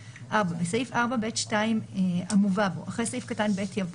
להסביר בסופו של דבר יש כאן הצעה להוראת